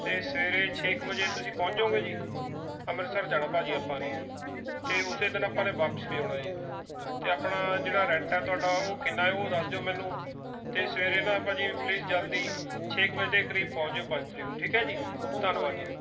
ਅਤੇ ਸਵੇਰੇ ਛੇ ਕੁ ਵਜੇ ਤੁਸੀਂ ਪਹੁੰਚ ਜਾਉਂਗੇ ਜੀ ਅੰਮ੍ਰਿਤਸਰ ਜਾਣਾ ਭਾਅ ਜੀ ਆਪਾਂ ਨੇ ਅਤੇ ਉਸੇ ਦਿਨ ਆਪਾਂ ਨੇ ਵਾਪਸ ਵੀ ਆਉਣਾ ਜੀ ਅਤੇ ਆਪਣਾ ਜਿਹੜਾ ਰੈਂਟ ਹੈ ਤੁਹਾਡਾ ਉਹ ਕਿੰਨਾ ਉਹ ਦੱਸ ਦਿਉ ਮੈਨੂੰ ਅਤੇ ਸਵੇਰੇ ਨਾ ਭਾਅ ਜੀ ਪਲੀਜ਼ ਜਲਦੀ ਛੇ ਕੁ ਵਜੇ ਦੇ ਕਰੀਬ ਪਹੁੰਚ ਜਿਓ ਪੰਜ ਤਰੀਕ ਨੂੰ ਠੀਕ ਹੈ ਜੀ ਧੰਨਵਾਦ ਜੀ